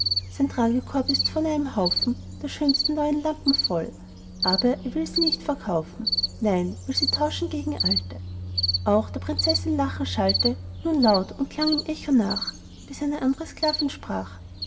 sein tragkorb ist von einem haufen der schönsten neuen lampen voll er aber will sie nicht verkaufen nein will sie tauschen gegen alte auch der prinzessin lachen schallte nun laut und klang im echo nach bis eine andre sklavin sprach